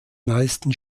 meisten